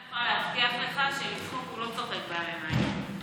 אני יכולה להבטיח לך שלצחוק הוא לא צוחק בימים האלה.